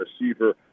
receiver